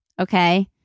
okay